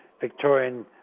Victorian